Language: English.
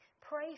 Pray